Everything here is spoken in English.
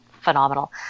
phenomenal